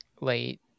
late